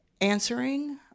answering